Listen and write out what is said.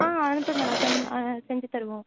ஆ அனுப்புங்கள் நான் சென் செஞ்சு தருவோம்